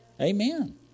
Amen